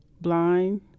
blind